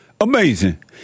Amazing